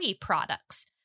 products